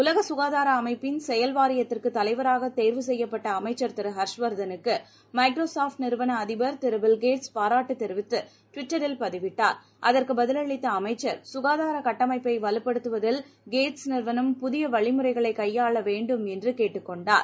உலக சுகாதார அமைப்பின் செயல் வாரியத்திறகுத் தலைவராக தேர்வு செய்யப்பட்ட அமைச்சர் திருஹர்ஷ் வர்தனுக்கு மைக்ரோசாப்ட் நிறுவன அதிபர் திரு பில் கேட்ஸ் பாராட்டுத் தெரிவித்து ட்விட்டரில் பதிவிட்டார் அகுற்கு பதிலளித்த அமைச்சர் சுகாதார கட்டமைப்பை வலுப்படுத்துவதில் கேட்ஸ் நிறுவனம் புதிய வழிமுறைகளைக் கையாள வேண்டும் என்று கேட்டுக் கொண்டார்